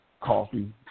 coffee